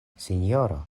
sinjoro